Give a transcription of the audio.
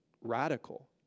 radical